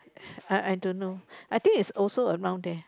I I don't know I think is also around there